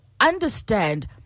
understand